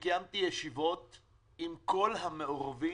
קיימתי ישיבות עם כל המעורבים,